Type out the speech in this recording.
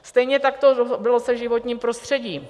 Stejně tak to bylo se životním prostředím.